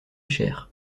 cher